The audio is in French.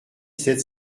sept